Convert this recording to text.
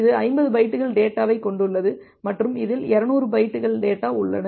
இது 50 பைட்டுகள் டேட்டாவைக் கொண்டுள்ளது மற்றும் இதில் 200 பைட்டுகள் டேட்டா உள்ளன